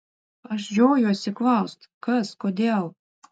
aš žiojuosi klaust kas kodėl